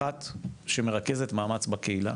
אחת שמרכזת מאמץ בקהילה,